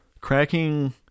cracking